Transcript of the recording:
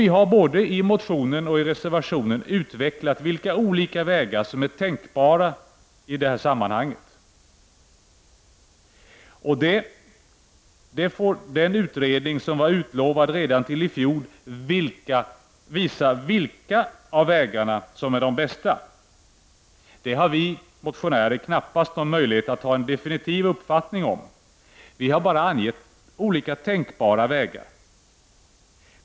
Vi har i både motionen och reservationen utvecklat vilka olika vägar som är tänkbara i det här sammanhanget. Den utredning som var utlovad redan till i fjol, får visa vilka av vägarna som är de bästa. Det har vi motionärer knappast någon möjlighet att ha en definitiv uppfattning om. Vi har bara angett olika tänkbara vägar.